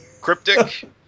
Cryptic